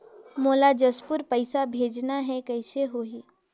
मोला जशपुर पइसा भेजना हैं, कइसे होही?